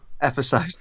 episode